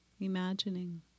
imagining